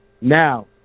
Now